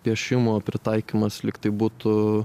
piešimo pritaikymas lyg tai būtų